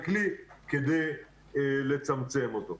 לכלי כדי לצמצם אותו.